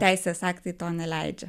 teisės aktai to neleidžia